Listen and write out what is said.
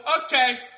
okay